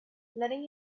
letting